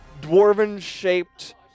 dwarven-shaped